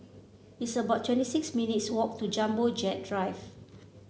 it's about twenty six minutes' walk to Jumbo Jet Drive